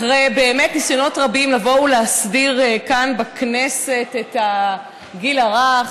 אחרי ניסיונות רבים לבוא ולהסדיר כאן בכנסת את הגיל הרך,